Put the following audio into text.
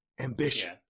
Ambition